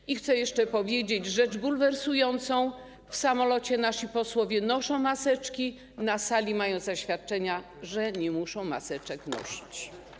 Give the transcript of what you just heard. I chcę jeszcze powiedzieć o rzeczy bulwersującej: w samolocie nasi posłowie noszą maseczki, a na sali okazują zaświadczenia, że nie muszą maseczek nosić.